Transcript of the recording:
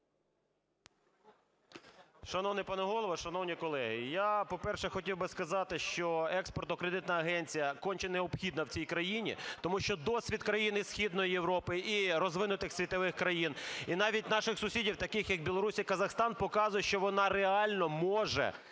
Шановний пане Голово, шановні колеги, я, по-перше, хотів би сказати, що Експортно-кредитна агенція конче необхідна в цій країні, тому що досвід країн і Східної Європи, і розвинутих світових країн, і навіть наших сусідів, таких як Білорусь і Казахстан, показує, що вона реально може